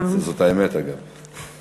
זאת האמת, אגב.